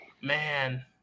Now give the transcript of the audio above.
man